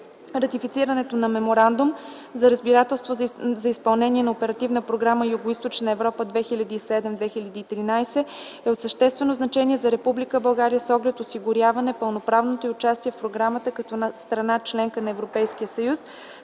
Ратифицирането на Меморандума за разбирателство за изпълнение на Оперативна програма „Югоизточна Европа” 2007-2013 г. e от съществено значение за Република България с оглед осигуряване пълноправното й участие в програмата като страна -членка на Европейския съюз,